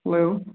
hello